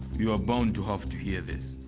you are bound to have to hear this.